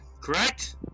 correct